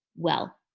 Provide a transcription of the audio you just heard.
well,